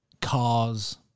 cars